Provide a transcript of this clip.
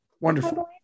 Wonderful